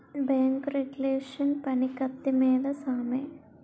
bank regulation పని కత్తి మీద సామే